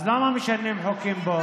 אז למה משנים פה חוקים?